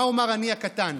מה אומר אני הקטן?